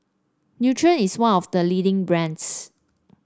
Nutren is one of the leading brands